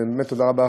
ובאמת תודה רבה,